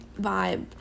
vibe